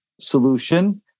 solution